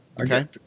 Okay